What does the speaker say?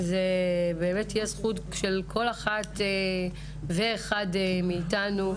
זו תהיה הזכות של כל אחת ואחד מאיתנו.